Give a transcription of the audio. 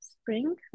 spring